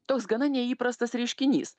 toks gana neįprastas reiškinys